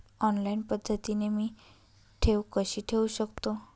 Online पद्धतीने मी ठेव कशी ठेवू शकतो?